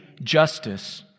justice